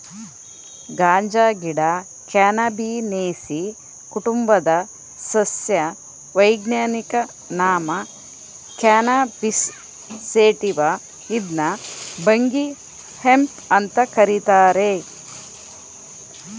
ಗಾಂಜಾಗಿಡ cannabinaceae ಕುಟುಂಬದ ಸಸ್ಯ ವೈಜ್ಞಾನಿಕ ನಾಮ ಕ್ಯಾನಬಿಸ್ ಸೇಟಿವ ಇದ್ನ ಭಂಗಿ ಹೆಂಪ್ ಅಂತ ಕರೀತಾರೆ